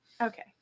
Okay